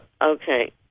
Okay